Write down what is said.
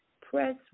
Press